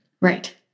Right